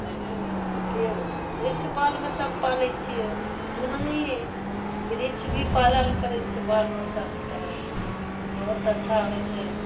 तब ओहिमे पेड़ जैसे बालबच्चाके पालैत छियै ओनाही बिरिछभी पालल करैत छै बालबच्चाके तरह बहुत अच्छा होइत छै